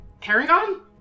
paragon